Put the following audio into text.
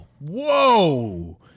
Whoa